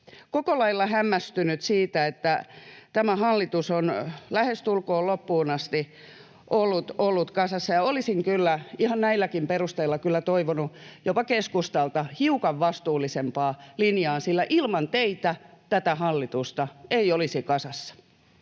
koko lailla hämmästynyt siitä, että tämä hallitus on lähestulkoon loppuun asti ollut kasassa, ja olisin kyllä ihan näilläkin perusteilla toivonut jopa keskustalta hiukan vastuullisempaa linjaa, sillä ilman teitä tätä hallitusta ei olisi kasassa.